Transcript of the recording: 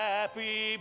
Happy